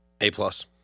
A-plus